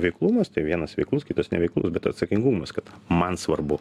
veiklumas tai vienas veiklus kitas neveiklus bet atsakingumas kad man svarbu